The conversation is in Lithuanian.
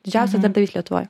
didžiausias darbdavys lietuvoj